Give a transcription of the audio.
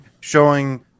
showing